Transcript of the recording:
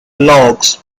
logs